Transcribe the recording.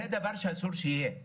זה דבר שאסור שיהיה.